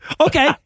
Okay